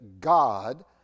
God